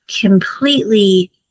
completely